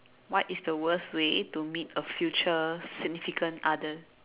what is the worst way to meet a significant future others